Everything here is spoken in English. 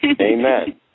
Amen